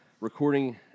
recording